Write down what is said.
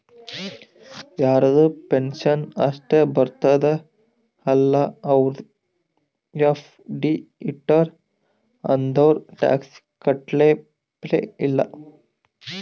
ಯಾರದು ಪೆನ್ಷನ್ ಅಷ್ಟೇ ಬರ್ತುದ ಅಲ್ಲಾ ಅವ್ರು ಎಫ್.ಡಿ ಇಟ್ಟಿರು ಅಂದುರ್ ಟ್ಯಾಕ್ಸ್ ಕಟ್ಟಪ್ಲೆ ಇಲ್ಲ